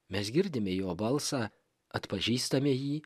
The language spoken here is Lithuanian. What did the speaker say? mes girdime jo balsą atpažįstame jį